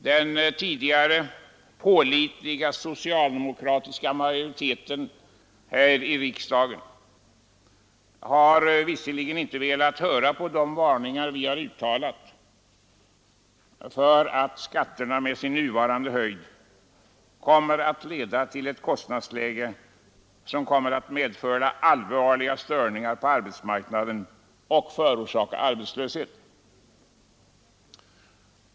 Den tidigare pålitliga socialdemokratiska majoriteten här i riksdagen har inte velat höra på de varningar vi har uttalat för att skatterna med sin nuvarande höjd kommer att leda till ett kostnadsläge, som kommer att medföra allvarliga störningar på arbetsmarknaden och förorsaka arbetslöshet.